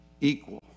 equal